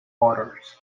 orders